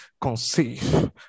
conceive